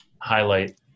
highlight